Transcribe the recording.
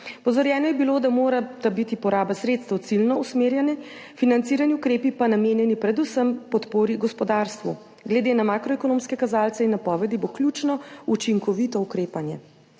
Opozorjeno je bilo, da mora biti poraba sredstev ciljno usmerjena, financirani ukrepi pa namenjeni predvsem podpori gospodarstvu. Glede na makroekonomske kazalce in napovedi bo ključno učinkovito ukrepanje.